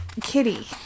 Kitty